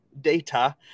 data